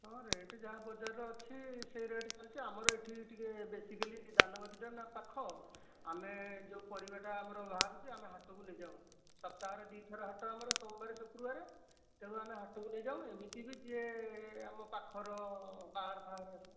ହଁ ରେଟ୍ ଯାହା ବଜାରରେ ଅଛି ସେଇ ରେଟ୍ ଆମର ଏଇଠି ଟିକିଏ ବେଶୀକାଲି ଦାନଗଦିଟା ନା ପାଖ ଆମେ ଯେଉଁ ପରିବାଟା ଆମର ବାହାରୁଛି ଆମେ ହାଟକୁ ନେଇଯାଉ ସପ୍ତାହରେ ଦୁଇ ଥର ହାଟ ଆମର ସୋମବାରରେ ଶୁକ୍ରବାରରେ ତେଣୁ ଆମେ ହାଟକୁ ନେଇଯାଉ ଏମିତିବି ଯିଏ ଆମ ପାଖର ବାହାଘର ଫାହାଘର ହେଲେ